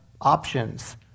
options